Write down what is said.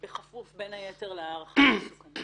בין היתר בכפוף להערכת המסוכנות שלו.